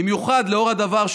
במיוחד לאור הדבר,